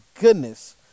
goodness